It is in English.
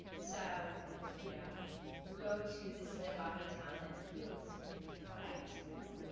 so you know you go to the synagogue in town that feels right to you.